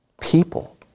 people